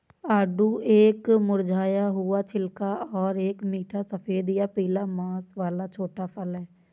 आड़ू एक मुरझाया हुआ छिलका और एक मीठा सफेद या पीला मांस वाला छोटा फल है